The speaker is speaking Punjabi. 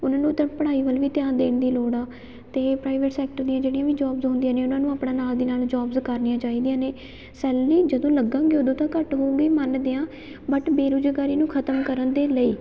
ਉਹਨਾਂ ਨੂੰ ਤਾਂ ਪੜ੍ਹਾਈ ਵੱਲ ਵੀ ਧਿਆਨ ਦੇਣ ਦੀ ਲੋੜ ਆ ਅਤੇ ਪ੍ਰਾਈਵੇਟ ਸੈਕਟਰ ਦੀਆਂ ਜਿਹੜੀਆਂ ਵੀ ਜੋਬਜ਼ ਹੁੰਦੀਆਂ ਨੇ ਉਹਨਾਂ ਨੂੰ ਆਪਣਾ ਨਾਲ ਦੀ ਨਾਲ ਜੋਬਜ਼ ਕਰਨੀਆਂ ਚਾਹੀਦੀਆਂ ਨੇ ਸੈਲਰੀ ਜਦੋਂ ਲੱਗਾਂਗੇ ਉਦੋਂ ਤਾਂ ਘੱਟ ਹੋਊਗੀ ਮੰਨਦੇ ਹਾਂ ਬਟ ਬੇਰੁਜ਼ਗਾਰੀ ਨੂੰ ਖਤਮ ਕਰਨ ਦੇ ਲਈ